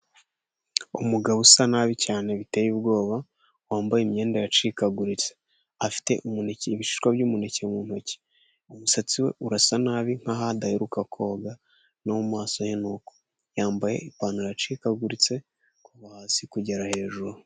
Umugabo usa nabi cyane biteye ubwoba, wambaye imyenda yacikaguritse, afite umuneke ibishishwa by'umuneke mu ntoki, umusatsi we urasa nabi nk'aho adaheruka koga, no mu maso he ni uko yambaye ipantaro yacikaguritse, kuva hasi kugera hejuru.